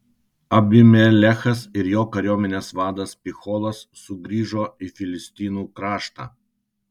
abimelechas ir jo kariuomenės vadas picholas sugrįžo į filistinų kraštą